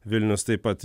vilnius taip pat